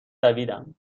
دویدم